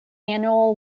annual